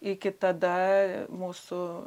iki tada mūsų